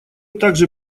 также